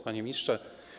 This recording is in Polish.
Panie Ministrze!